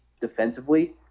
defensively